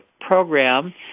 program